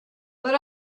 but